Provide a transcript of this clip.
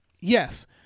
Yes